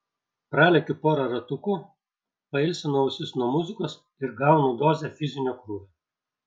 pralekiu porą ratukų pailsinu ausis nuo muzikos ir gaunu dozę fizinio krūvio